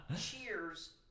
cheers